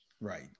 Right